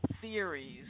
theories